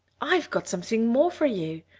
i've got something more for you,